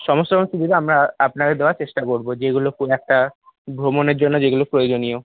সমস্ত কিছুটা আমরা আপনাকে দেওয়ার চেষ্টা করব যেগুলো খুব একটা ভ্রমণের জন্য যেগুলো প্রয়োজনীয়